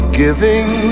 giving